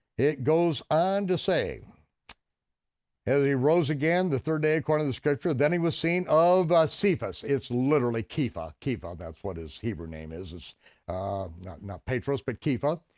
it goes on to say as he rose again the third day, according to the scripture, then he was seen of cephus, it's literally kipha, kipha, that's what his hebrew name is, not not petros but kipha,